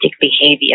behavior